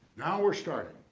now we're starting.